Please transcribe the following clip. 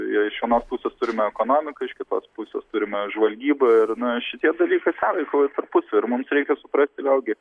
jei iš vienos pusės turime ekonomiką iš kitos pusės turime žvalgybą ir na šitie dalykai sąveikauja tarpusavyje ir mums reikia suprasti vėlgi